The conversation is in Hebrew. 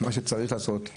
מה שצריך לעשות ויקדם את